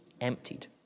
emptied